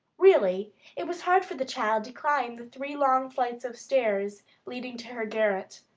really it was hard for the child to climb the three long flights of stairs leading to her garret.